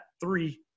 three